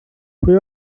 pwy